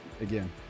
again